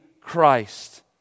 Christ